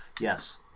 Yes